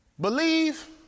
Believe